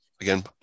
Again